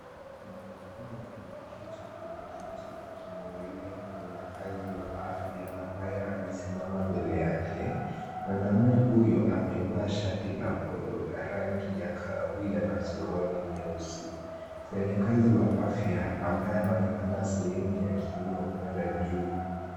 Mwanaume ameketi kwenye kiti akimwangalia mfanyakazi wa afya ambaye amesimama mbele yake. Mwanaume huyo amevaa shati la polo la rangi ya kahawia na suruali nyeusi. Mfanyakazi wa afya ambaye anaonekana sehemu ya kiuno kwenda juu.